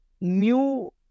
new